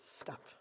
stop